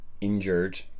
injured